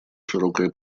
широкое